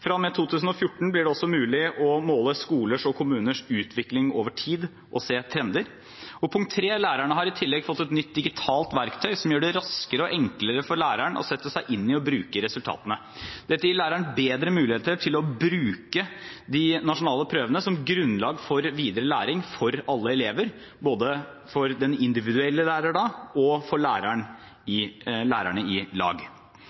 med 2014 blir det også mulig å måle skolers og kommuners utvikling over tid og se trender. Og punkt 3: Lærerne har i tillegg fått et nytt digitalt verktøy som gjør det raskere og enklere for læreren å sette seg inn i og bruke resultatene. Dette gir læreren bedre muligheter til å bruke de nasjonale prøvene som grunnlag for videre læring for alle elever, både for den individuelle læreren og for lærerne i lag.